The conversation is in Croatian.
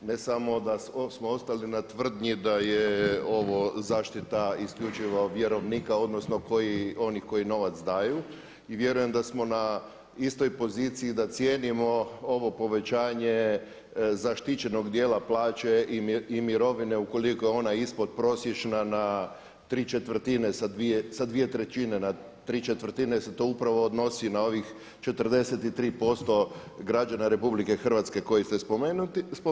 Ne samo da smo ostali na tvrdnji da je ovo zaštita isključivo vjerovnika, odnosno onih koji novac daju i vjerujem da smo na istoj poziciji da cijenimo ovo povećanje zaštićenog dijela plaće i mirovine ukoliko je ona ispodprosječna na tri četvrtine sa dvije trećine na tri četvrtine se to upravo odnosi na ovih 43% građana Republike Hrvatske koji ste spomenuli.